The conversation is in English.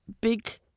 big